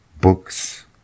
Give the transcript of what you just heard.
books